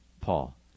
Paul